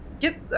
get